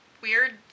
weird